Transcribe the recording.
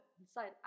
Inside